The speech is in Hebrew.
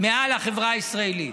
מעל החברה הישראלית.